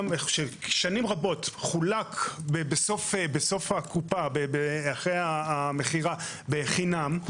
שנים רבות חולק בסוף הקופה אחרי המכירה בחינם,